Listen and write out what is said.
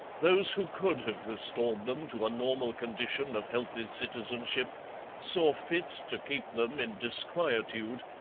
those who could have restored them to a normal condition of healthy citizenship saw fit to keep them in disquietude,